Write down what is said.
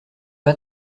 pas